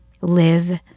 live